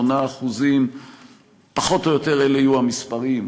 8%; פחות או יותר אלה יהיו המספרים,